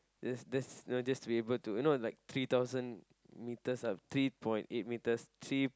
that that's not just to be able to you know like three thousand metres up three point eight metres three